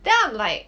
then I'm like